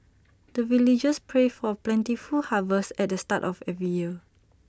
the villagers pray for plentiful harvest at the start of every year